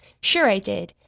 sure i did!